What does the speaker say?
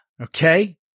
okay